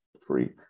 free